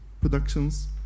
productions